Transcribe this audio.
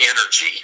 energy